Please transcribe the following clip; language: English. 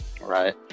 Right